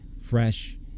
fresh